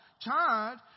child